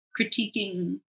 critiquing